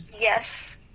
Yes